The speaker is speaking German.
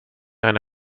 eine